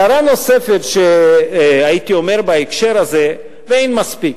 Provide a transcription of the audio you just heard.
הערה נוספת שהייתי אומר בהקשר הזה, ואין מספיק.